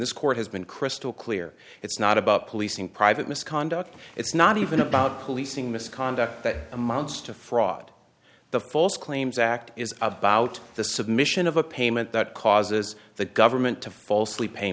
this court has been crystal clear it's not about policing private misconduct it's not even about policing misconduct that amounts to fraud the false claims act is about the submission of a payment that causes the government to falsely pay